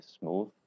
smooth